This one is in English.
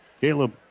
Caleb